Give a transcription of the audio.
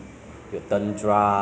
it's like you cannot take it lah you know